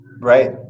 Right